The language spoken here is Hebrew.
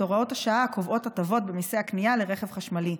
הוראות השעה הקובעות הטבות במיסי הקנייה לרכב חשמלי.